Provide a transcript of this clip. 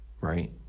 right